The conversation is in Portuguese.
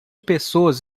pessoas